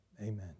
amen